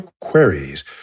Queries